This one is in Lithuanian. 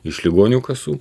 iš ligonių kasų